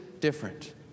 different